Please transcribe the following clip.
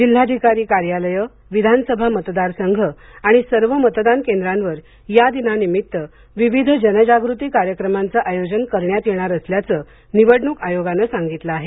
जिल्हाधिकारी कार्यालयं विधानसभा मतदार संघ आणि सर्व मतदान केंद्रांवर या दिनानिमित्त विविध जनजागृती कार्यक्रमाचं आयोजन करण्यात येणार असल्याचं निवडणूक आयोगानं सांगितलं आहे